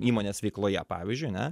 įmonės veikloje pavyzdžiui ane